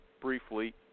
briefly